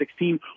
2016